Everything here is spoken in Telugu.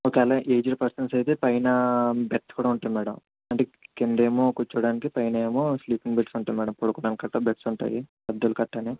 ఒక వేళ ఏజ్డ్ పర్సన్ అయితే పైన బెడ్స్ కూడా ఉంటాయి మేడం అంటే కిందేమో కూర్చోవడానికి పైనేమో స్లీపింగ్ బెడ్స్ ఉంటాయి మేడం పడుకోవడానికి బెడ్స్ ఉంటాయి పెద్దలకి గట్రాను